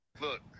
Look